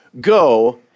go